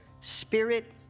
Spirit